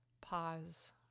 Pause